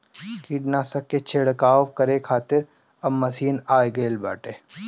कीटनाशक के छिड़काव करे खातिर अब मशीन आ गईल बाटे